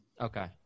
Okay